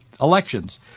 elections